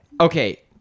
okay